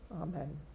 Amen